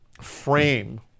frame